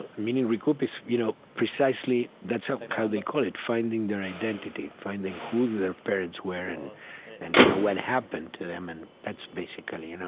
ah recouped, you know precisely, that's how how they call it finding their identity, finding who their parents were and and you know what happened to them. and that's basically you know